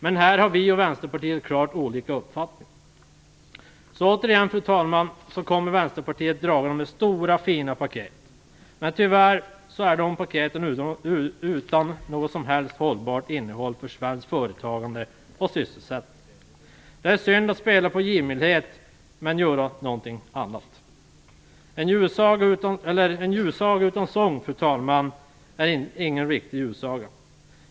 Men här har Socialdemokraterna och Vänsterpartiet klart olika uppfattning. Fru talman! Återigen kommer Vänsterpartiet dragande med stora fina paket. Men tyvärr är de paketen utan något som helst hållbart innehåll för svenskt företagande och sysselsättning. Det är synd att man spelar på givmildhet men gör någonting annat. Fru talman! En julsaga utan sång är ingen riktig julsaga.